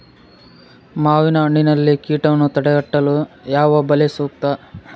ಮಾವಿನಹಣ್ಣಿನಲ್ಲಿ ಕೇಟವನ್ನು ತಡೆಗಟ್ಟಲು ಯಾವ ಬಲೆ ಸೂಕ್ತ?